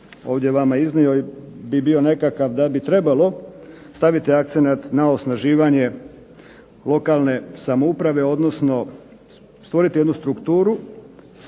sam vama iznio bi bio nekakav da bi trebalo staviti akcenat na osnaživanje lokalne samouprave odnosno stvoriti jednu strukturu